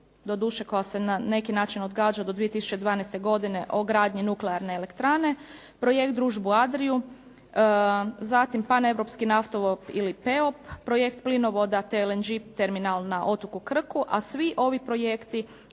doduše koja se na neki način odgađa do 2012. godine o gradnji nuklearne elektrane, projekt "Družbu Adria", zatim paneuropski naftovod ili PEOP, projekt plinovoda TLG terminal na otoku Krku a svi ovi projekti